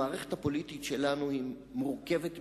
המערכת הפוליטית שלנו היא מורכבת מדי,